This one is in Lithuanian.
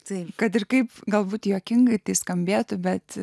tai kad ir kaip galbūt juokingai tai skambėtų bet